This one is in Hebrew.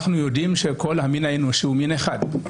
אנחנו יודעים שכל המין האנושי הוא מין אחד,